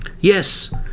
yes